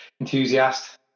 enthusiast